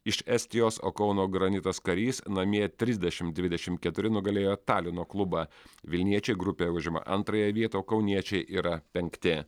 iš estijos o kauno granitas karys namie trisdešimt dvidešimt keturi nugalėjo talino klubą vilniečiai grupėje užima antrąją vietą o kauniečiai yra penkti